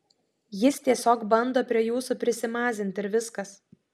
jis tiesiog bando prie jūsų prisimazint ir viskas